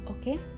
okay